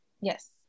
yes